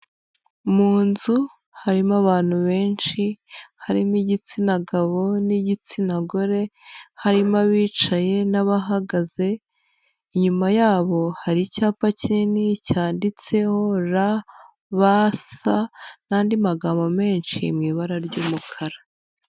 Mu nzu harimo abantu benshi, harimo igitsina gabo n'igitsina gore, harimo abicaye n' abahagaze, inyuma yabo hari icyapa kinini cyanditseho RBC n'andi magambo menshi mu ibara ry'umukara.